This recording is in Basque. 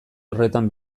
horretan